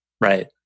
Right